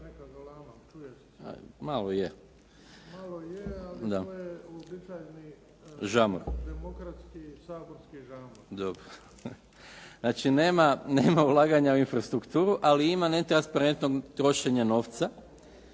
Znači nema ulaganja u infrastrukturu, ali ima netransparentnog trošenja novca.